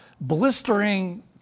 blistering